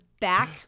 back